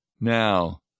Now